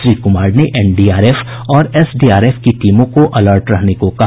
श्री कुमार ने एनडीआरएफ और एसडीआरएफ की टीमों को अलर्ट रहने को कहा